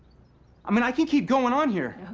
i mean, i can keep going on here.